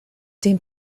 den